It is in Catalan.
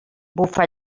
bufa